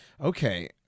Okay